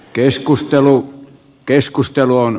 keskustelu keskustelu on